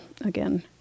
again